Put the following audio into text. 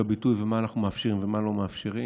הביטוי ומה אנחנו מאפשרים ומה לא מאפשרים.